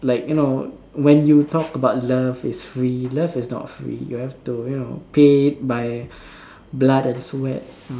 like you know when you talk about love is free love is not free you have to you know pay by blood and sweat